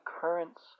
currents